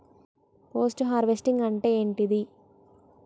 Post harvesting అంటే ఏంటిది?